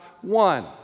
one